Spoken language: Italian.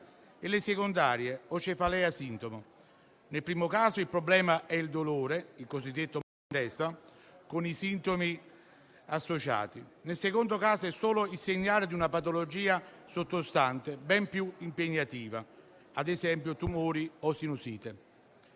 e secondarie (o cefalea sintomo): nel primo caso, il problema è il dolore (per il cosiddetto mal di testa, con i sintomi associati); nel secondo, è solo il segnale di una patologia sottostante ben più impegnativa (ad esempio, tumori o sinusite).